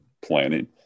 planning